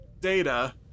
data